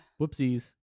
Whoopsies